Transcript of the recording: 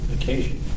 occasion